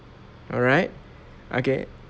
alright okay